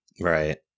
Right